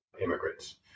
immigrants